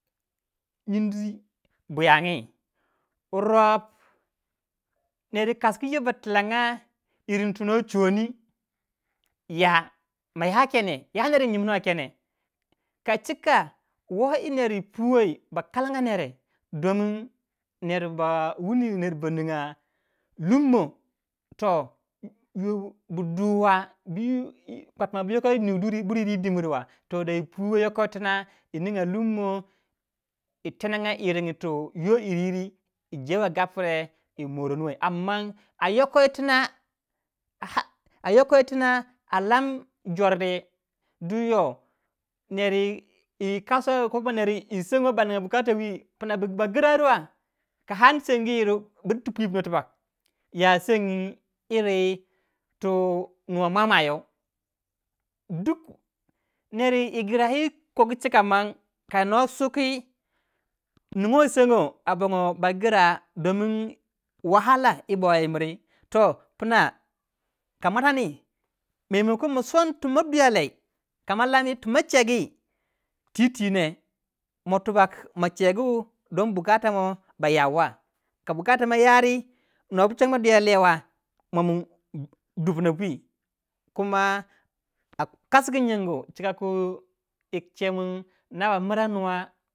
Gen nyindi buyongi rop, ner wu kas gu yo ba tilanga irin tu no chuwoni ya. ya ner wu nyim no kene. kachika woyi ner wu puwai ba karanga nere don ner ba wu ner ba ninga lummo toh yoh bu du wa kwatmba bu yoko yi nu buryir yi dimbir to dai puwei yo ko yitina yininga lummo yi tenenga yirin tu yon yir iri yi jewe gapreh yi a yoko yitina a lam jordi yoh neryi kas kobo baniga am man ba gra yirwa ka and sengu yiru koptu pwi pna tibak ya sengi yiri tu nw mwa mwaa you duk ner yi gra yi kogu chi ka man kano suki nungo sengo abongo bagra don yi bo miri. toh pna ka mwatani kaman ma son ti ma dwiya lei kama lani ti machegi twitwi ne ma chegu don wahala ba you wa ka noh bu chongo duya lei wai moh mun dupna pwi kama ka kasgu nyingu chika ku yi chemin nno ba mra nuwa.